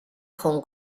hong